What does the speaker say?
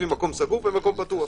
לפי מקום סגור ומקום פתוח,